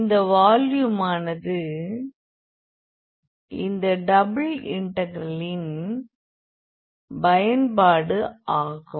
அந்த வால்யூமானது இந்தக் டபுள் இன்டெக்ரலின் பயன்பாடு ஆகும்